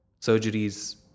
Surgeries